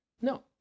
no